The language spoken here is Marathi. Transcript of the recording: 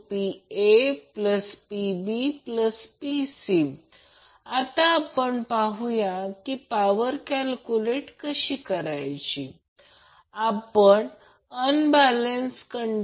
आता हे मला ते स्पष्ट करू देते आता प्रत्यक्षात आकृती आहे जरा थांबा मी झूम कमी करेन फक्त थांबा